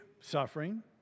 suffering